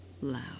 loud